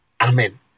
Amen